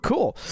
Cool